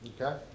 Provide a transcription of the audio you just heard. okay